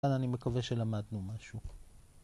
כאן אני מקווה שלמדנו משהו